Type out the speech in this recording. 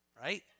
Right